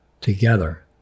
together